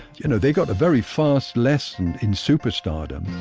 you know they've got a very fast lesson in superstardom